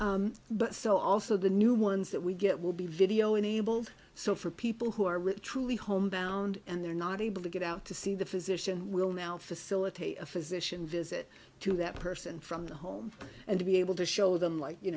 box but so also the new ones that we get will be video enabled so for people who are with truly homebound and they're not able to get out to see the physician will now facilitate a physician visit to that person from the home and to be able to show them like you